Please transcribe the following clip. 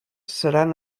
seran